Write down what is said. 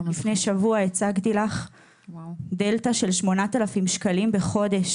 לפני שבוע הצגתי לך דלתא של 8,000 שקלים בחודש,